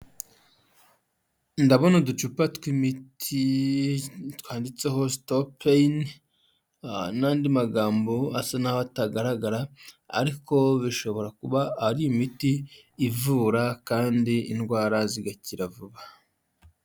Ndabona uducupa tw'imiti twanditseho stopeyini n’andi magambo asa n'aho atagaragara ariko bishobora kuba ari imiti ivura kandi indwara zigakira vuba.